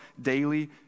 daily